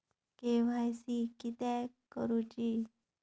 KYC किदयाक करूची?